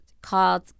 called